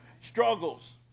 Struggles